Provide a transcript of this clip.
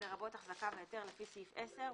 לרבות החזקה והיתר לפי סעיף 10,